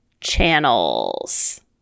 Channels